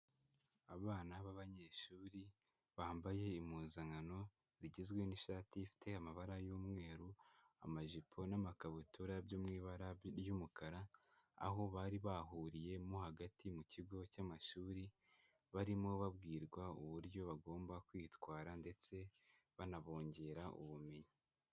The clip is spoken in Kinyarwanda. Abana b'abanyeshuri bambaye impuzankano zigizwe n'ishati ifite amabara y'umweru, amajipo n'amakabutura byo mu ibara ry'umukara, aho bari bahuriye mo hagati mu kigo cy'amashuri, barimo babwirwa uburyo bagomba kwitwara ndetse banabongera ubumenyi.